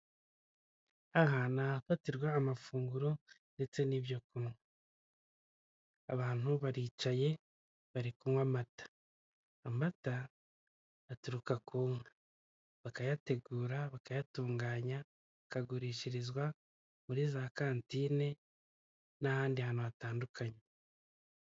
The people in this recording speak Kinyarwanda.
Aha ni ahafatirwa amafunguro ndetse n'ibyo kunywa. Abantu baricaye bari kunywa amata. Amata aturuka ku nka, bakayategura, bakayatunganya, akagurishirizwa muri za kantine n'ahandi hantu hatandukanye.